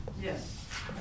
Yes